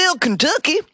Kentucky